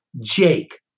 Jake